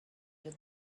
did